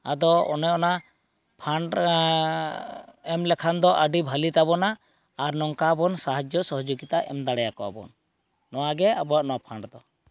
ᱟᱫᱚ ᱚᱱᱮ ᱚᱱᱟ ᱯᱷᱟᱱᱰᱨᱮ ᱮᱢᱞᱮᱠᱷᱟᱱ ᱫᱚ ᱟᱹᱰᱤ ᱵᱷᱟᱞᱤ ᱛᱟᱵᱚᱱᱟ ᱟᱨ ᱱᱚᱝᱠᱟ ᱵᱚᱱ ᱥᱟᱦᱟᱡᱡᱳ ᱥᱚᱦᱚᱡᱳᱜᱤᱛᱟ ᱮᱢ ᱫᱟᱲᱮ ᱟᱠᱚᱣᱟᱵᱚᱱ ᱱᱚᱣᱟᱜᱮ ᱟᱵᱚᱣᱟᱜ ᱱᱚᱣᱟ ᱯᱷᱟᱱᱰ ᱫᱚ